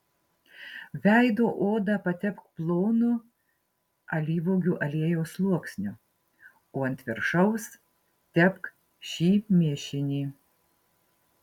veido odą patepk plonu alyvuogių aliejaus sluoksniu o ant viršaus tepk šį mišinį